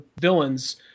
villains